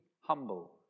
humble